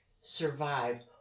survived